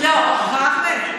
אחמד,